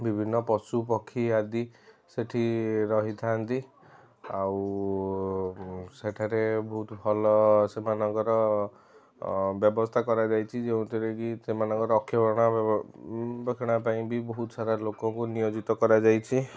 ବିଭିନ୍ନ ପଶୁପକ୍ଷୀ ଆଦି ସେଠି ରହିଥାନ୍ତି ଆଉ ସେଠାରେ ବହୁତ ଭଲ ସେମାନଙ୍କର ବ୍ୟବସ୍ଥା କରାଯାଇଛି ଯେଉଁଥିରେକି ସେମାନଙ୍କର ରକ୍ଷଣା ବେକ୍ଷଣା ପାଇଁ ବି ବହୁତସାରା ଲୋକଙ୍କୁ ନିୟୋଜିତ କରାଯାଇଛି